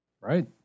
right